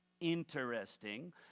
interesting